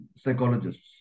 psychologists